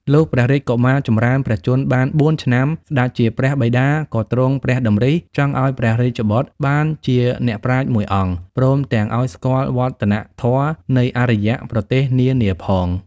លុះព្រះរាជកុមារចម្រើនព្រះជន្មបាន ៤ ឆ្នាំ ស្ដេចជាព្រះបិតាក៏ទ្រង់ព្រះតម្រិះចង់ឲ្យព្រះរាជបុត្របានជាអ្នកប្រាជ្ញមួយអង្គ ព្រមទាំងឲ្យស្គាល់វឌ្ឍនធម៌នៃអារ្យប្រទេសនានាផង ។